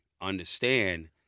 understand